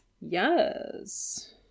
Yes